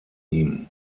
ihm